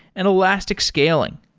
and elastic scaling.